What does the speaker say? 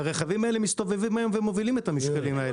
הרכבים האלה מסתובבים היום ומובילים את המשקלים האלה.